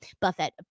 Buffett